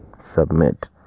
submit